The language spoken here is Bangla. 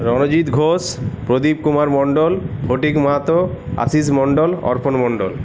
রণজিৎ ঘোষ প্রদীপ কুমার মণ্ডল ফটিক মাহাতো আশিস মণ্ডল অর্পণ মণ্ডল